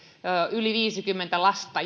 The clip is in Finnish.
yli viisikymmentä sellaista lasta